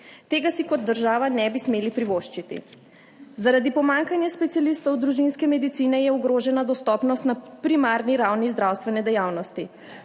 Tega si kot država ne bi smeli privoščiti. Zaradi pomanjkanja specialistov družinske medicine je ogrožena dostopnost na primarni ravni zdravstvene dejavnosti.